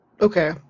Okay